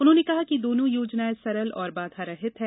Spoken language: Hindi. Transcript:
उन्होंने कहा कि दोनों योजनाएं सरल और बाधारहित हैं